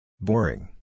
Boring